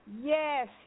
Yes